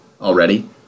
Already